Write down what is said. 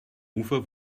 ufer